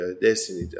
destiny